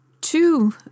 two